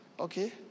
Okay